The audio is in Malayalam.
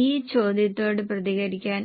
വേരിയബിൾ കോസ്റ്റ് നൽകിയിരിക്കുന്നു